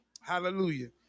Hallelujah